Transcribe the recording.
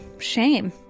shame